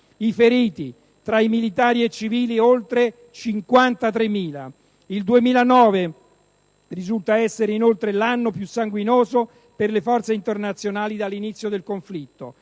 i feriti, tra militari e civili, oltre 53.000. Il 2009 risulta essere inoltre l'anno più sanguinoso per le forze internazionali dall'inizio del conflitto.